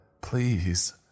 Please